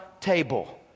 table